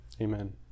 amen